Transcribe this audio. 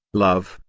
love,